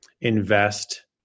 invest